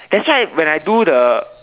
that's why when I do the